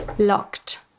Locked